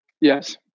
Yes